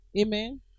Amen